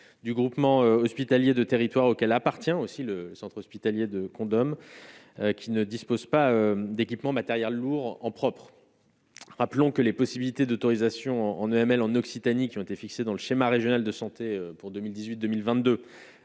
du groupement hospitalier de territoire auquel appartient aussi le centre hospitalier de condom, qui ne dispose pas d'équipements matériels lourds en propre, rappelons que les possibilités d'autorisation en ml en Occitanie qui ont été fixées dans le schéma régional de santé pour 2018, 2022